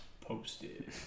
Posted